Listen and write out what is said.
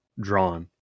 drawn